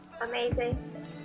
amazing